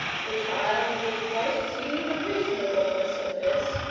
the child will quite see the reasonableness of this,